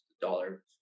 dollar